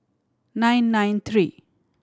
nine nine three